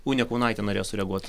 unė kaunaitė norėjo sureaguot